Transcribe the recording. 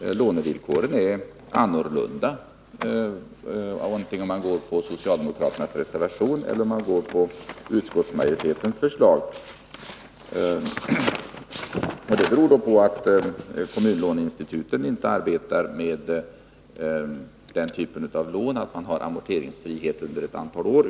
Lånevillkoren är annorlunda, vare sig man väljer socialdemokraternas reservation eller utskottsmajoritetens förslag. Det beror på att kommunlåneinstituten inte arbetar med lån som är amorteringsfria under ett antal år.